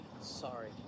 Sorry